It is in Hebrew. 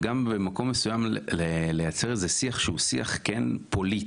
זה לא פחות.